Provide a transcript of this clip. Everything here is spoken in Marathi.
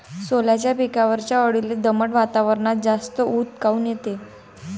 सोल्याच्या पिकावरच्या अळीले दमट वातावरनात जास्त ऊत काऊन येते?